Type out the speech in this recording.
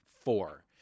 four